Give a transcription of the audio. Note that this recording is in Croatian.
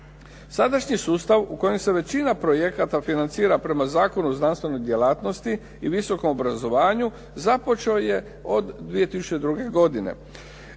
Sadašnji sustav u kojem se većina projekata financira prema Zakonu o znanstvenoj djelatnosti i visokom obrazovanju započeo je od 2002. godine.